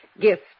Gift